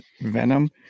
Venom